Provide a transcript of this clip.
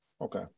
Okay